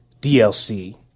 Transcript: DLC